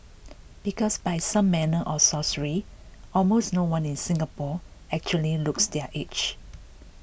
because by some manner of sorcery almost no one in Singapore actually looks their age